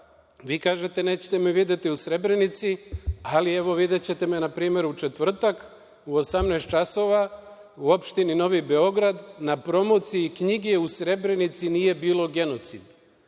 Vi kažete - nećete me videti u Srebrenici, ali, evo, videćete me, na primer, u četvrtak, u 18.00 časova, u opštini Novi Beograd, na promociji knjige "U Srebrenici nije bilo genocida".